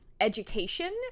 education